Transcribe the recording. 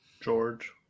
george